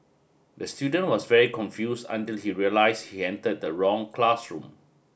the student was very confused until he realised he entered the wrong classroom